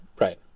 right